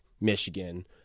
Michigan